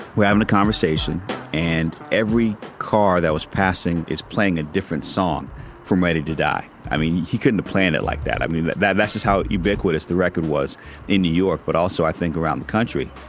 we're having a conversation and every car that was passing is playing a different song from waiting to die. i mean he couldn't plan it like that i mean that that is how ubiquitous the record was in new york. but also i think around the country.